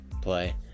play